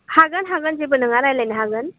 हागोन हागोन जेबो नङा रायलायनो हागोन